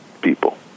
people